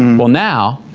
um well now,